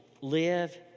live